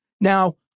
Now